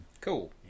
Cool